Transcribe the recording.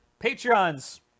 Patreon's